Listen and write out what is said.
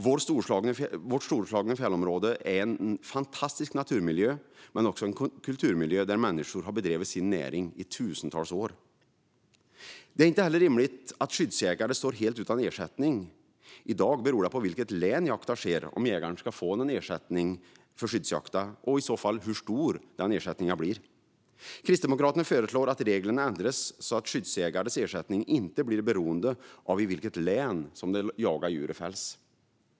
Våra storslagna fjällområden är en fantastisk naturmiljö men också en kulturmiljö där människor har bedrivit sin näring i tusentals år. Det är heller inte rimligt att skyddsjägare står helt utan ersättning. I dag beror det på i vilket län jakten sker om jägaren ska få någon ersättning för skyddsjakten och hur stor ersättningen i så fall blir. Kristdemokraterna föreslår att reglerna ändras så att skyddsjägarens ersättning inte blir beroende av i vilket län som det jagade djuret fälls.